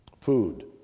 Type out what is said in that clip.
food